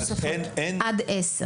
עד עשר.